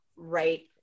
right